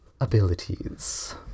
abilities